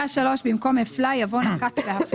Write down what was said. במקום המילים "היה לממונה יסוד סביר להניח"